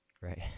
Right